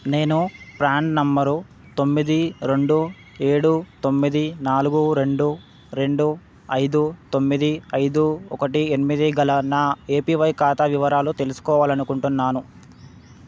నేను ప్రాన్ నంబరు తొమ్మిది రెండు ఏడు తొమ్మిది నాలుగు రెండు రెండు ఐదు తొమ్మిది ఐదు ఒకటి ఎనిమిది గల నా ఏపీవై ఖాతా వివరాలు తెలుసుకోవాలనుకుంటున్నాను